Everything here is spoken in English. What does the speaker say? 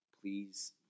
Please